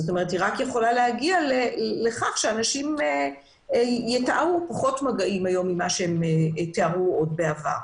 היא רק יכולה לגרום לכך שאנשים יתארו פחות מגעים ממה שהם תיארו בעבר.